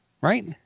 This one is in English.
right